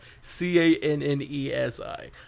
C-A-N-N-E-S-I